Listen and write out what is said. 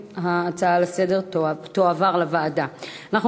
והוועדה תחליט אם היא תעביר את זה לוועדת משנה.